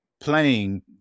playing